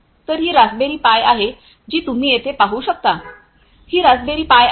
तर ही raspberry pi आहे जी तुम्ही येथे पाहू शकता ही रास्पबेरी पाई आहे